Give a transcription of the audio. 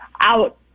out